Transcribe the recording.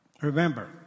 Remember